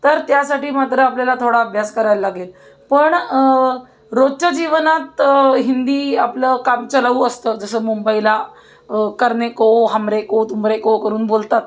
तर त्यासाठी मात्र आपल्याला थोडा अभ्यास करायला लागेल पण रोजच्या जीवनात हिंदी आपलं कामचलावू असतं जसं मुंबईला करनेको हमरेको तुमरेको करून बोलतात